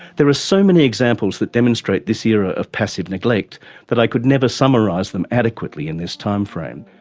there are so many examples that demonstrate this era of passive neglect that i could never summarise them adequately in this timeframe.